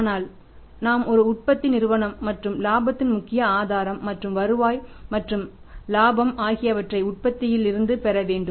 ஆனால் நாம் ஒரு உற்பத்தி நிறுவனம் மற்றும் இலாபத்தின் முக்கிய ஆதாரம் மற்றும் வருவாய் மற்றும் லாபம் ஆகியவற்றை உற்பத்தியில் இருந்து பெற வேண்டும்